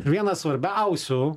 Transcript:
vienas svarbiausių